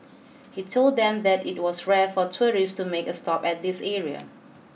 he told them that it was rare for tourists to make a stop at this area